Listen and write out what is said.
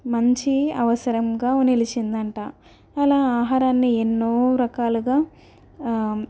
మంచి అవసరంగా నిలిచిందట అలా ఆహారాన్ని ఎన్నో రకాలుగా